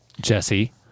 Jesse